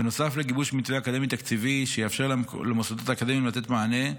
בנוסף לגיבוש מיצוי אקדמי תקציבי שיאפשר למוסדות האקדמיים לתת מענה,